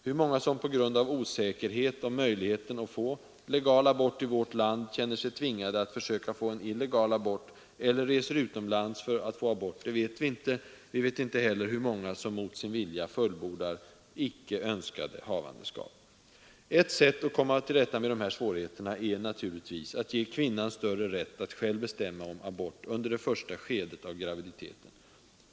Hur många som på grund av osäkerhet om möjligheten att få legal abort i vårt land känner sig tvingade att försöka få en illegal abort eller reser utomlands för att få abort vet vi inte. Inte heller hur många som mot sin vilja fullföljer icke önskade havandeskap. Ett sätt att komma till rätta med dessa svårigheter är givetvis att ge kvinnan större rätt att själv bestämma om abort under det första skedet av graviditeten.